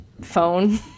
phone